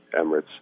Emirates